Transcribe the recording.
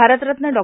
Bharat Ratna Dr